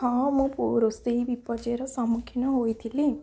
ହଁ ମୁଁ ରୋଷେଇ ବିପଯ୍ୟୟର ସମ୍ମୁଖୀନ ହୋଇଥିଲି